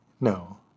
no